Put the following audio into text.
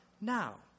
now